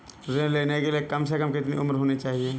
ऋण लेने के लिए कम से कम कितनी उम्र होनी चाहिए?